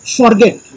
forget